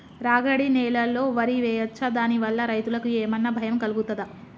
రాగడి నేలలో వరి వేయచ్చా దాని వల్ల రైతులకు ఏమన్నా భయం కలుగుతదా?